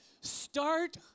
Start